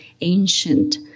ancient